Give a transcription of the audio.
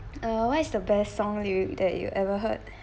uh what is the best song do you that you ever heard